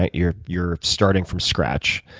ah you're you're starting from scratch,